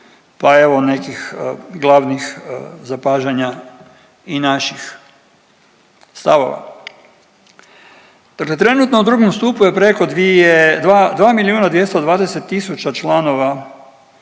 pa evo nekih glavnih zapažanja i naših stavova. Dakle trenutno u 2. stupu je preko 2 milijuna